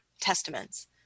testaments